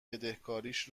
بدهکاریش